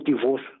divorce